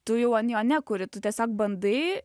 tu jau an jo nekuri tu tiesiog bandai